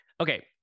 Okay